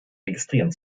registrieren